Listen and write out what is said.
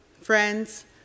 Friends